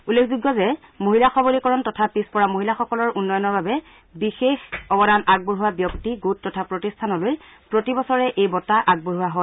উল্লেখযোগ্য যে মহিলাসবলীকৰণ তথা পিছ পৰা মহিলাসকলৰ উন্নয়নৰ বাবে বিশেষ অৱদান আগবঢ়োৱা ব্যক্তিগোট তথা প্ৰতিষ্ঠানলৈ প্ৰতিবছৰে এই বঁটা আগবঢ়োৱা হয়